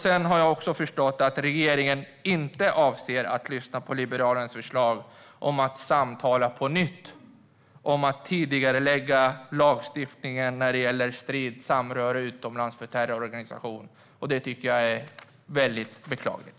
Jag har också förstått att regeringen inte avser att lyssna på Liberalernas förslag om att på nytt samtala om att tidigarelägga lagstiftningen när det gäller strid och samröre med terrororganisation utomlands. Det tycker jag är väldigt beklagligt.